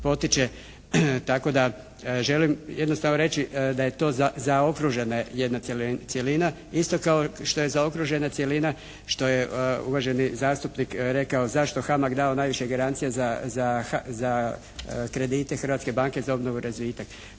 tako da želim jednostavno reći da je to zaokružena jedna cjelina isto kao što je zaokružena cjelina što je uvaženi zastupnik rekao zašto HAMAG dao najviše garancija za, za kredite Hrvatske banke za obnovu i razvitak?